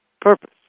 purpose